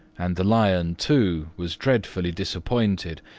and the lion, too, was dreadfully disappointed,